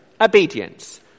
obedience